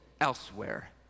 elsewhere